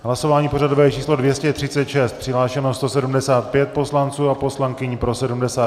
V hlasování pořadové číslo 236 přihlášeno 175 poslanců a poslankyň, pro 78 .